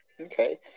Okay